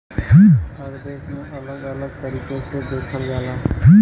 हर देश में अलग अलग तरीके से देखल जाला